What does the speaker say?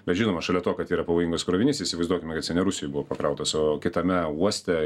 bet žinoma šalia to kad yra pavojingas krovinys įsivaizduokime kad jisai ne rusijoj buvo pakrautas o kitame uoste